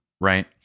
right